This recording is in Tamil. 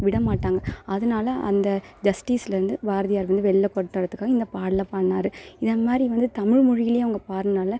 விடமாட்டாங்க அதனால அந்த ஜஸ்டிஸ்லந்து பாரதியார் வந்து வெளில கொண்டு வர்றத்துக்காக இந்த பாடலை பாடினாரு இதமாதிரி வந்து தமிழ்மொழியிலேயும் அவங்க பாடுனனால